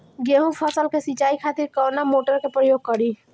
गेहूं फसल के सिंचाई खातिर कवना मोटर के प्रयोग करी?